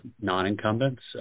non-incumbents